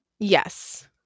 Yes